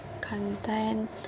content